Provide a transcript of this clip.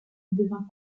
devient